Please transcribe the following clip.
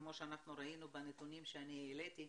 כמו שראינו בנתונים שהעליתי,